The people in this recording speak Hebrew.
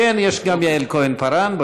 ישנה גם יעל כהן-פארן,